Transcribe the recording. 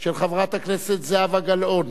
של חברת הכנסת זהבה גלאון,